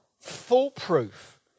foolproof